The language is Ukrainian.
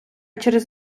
через